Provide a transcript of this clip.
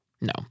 No